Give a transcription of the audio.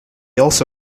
also